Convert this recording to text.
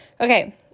Okay